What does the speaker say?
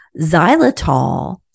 xylitol